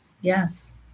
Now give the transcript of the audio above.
Yes